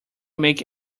make